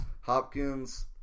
Hopkins